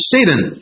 Satan